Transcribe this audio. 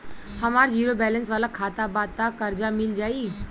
हमार zero balance वाला खाता बा त कर्जा मिल जायी?